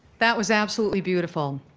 that was absolutely beautiful.